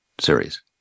series